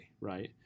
right